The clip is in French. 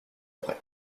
après